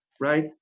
Right